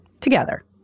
together